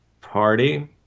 Party